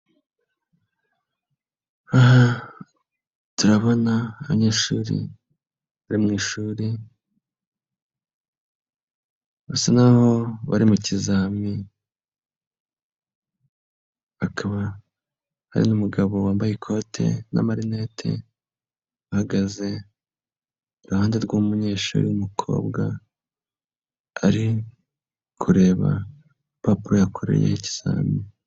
Aha turabona abanyeshuri bari mu ishuri, basa nk'aho bari mu kizami, hakaba hari n'umugabo wambaye ikote n'amarinete, ahagaze iruhande rw'umunyeshuri w'umukobwa, ari kureba urupapuro yakoreye ikizamini.